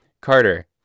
Carter